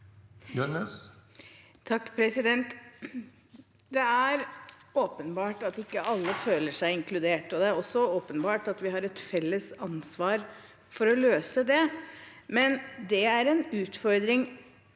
Det er åpenbart at ikke alle føler seg inkludert. Det er også åpenbart at vi har et felles ansvar for å løse det, men det er en utfordring